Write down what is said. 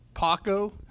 Paco